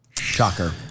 Shocker